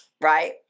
Right